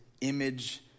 image